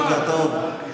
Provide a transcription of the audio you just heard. בוקר טוב.